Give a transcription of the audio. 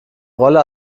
rolle